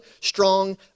strong